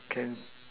can